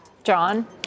John